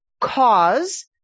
cause